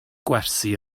gwersi